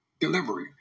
Delivery